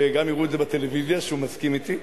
שגם יראו בטלוויזיה שהוא מסכים אתי.